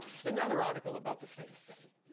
it's another article about the same study.